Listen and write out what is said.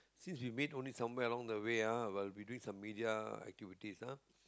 since you meet only somewhere along the way ah while we doing some media activities ah